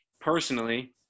personally